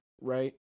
Right